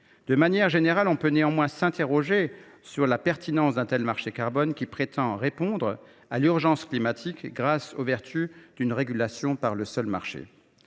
De manière générale, on peut néanmoins s’interroger sur la pertinence d’un tel marché carbone, qui prétend répondre à l’urgence climatique grâce aux vertus d’une régulation par le seul marché.